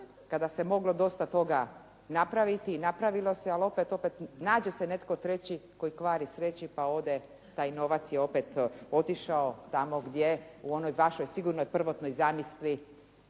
kada se dosta toga moglo napraviti i napravilo se ali opet nađe se netko treći koji kvari sreću, pa je taj novac je opet otišao tamo gdje u onoj vašoj sigurnoj prvotnoj zamisli